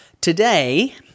Today